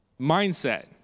mindset